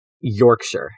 Yorkshire